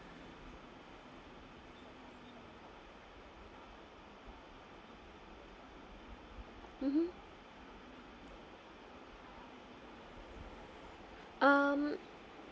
mmhmm um